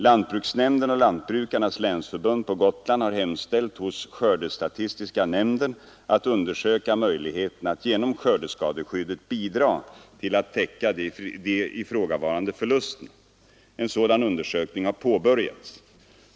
Lantbruksnämnden och Lantbrukarnas länsförbund på Gotland har hemställt hos skördestatistiska nämnden att undersöka möjligheterna att genom skördeskadeskyddet bidra till att täcka de ifrågavarande förlusterna. En sådan undersökning har påbörjats.